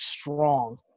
strong